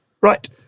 right